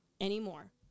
anymore